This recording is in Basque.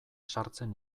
sartzen